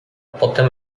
potem